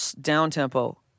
down-tempo